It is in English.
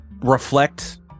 reflect